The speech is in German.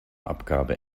abgabe